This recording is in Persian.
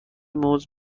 موز